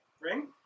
ring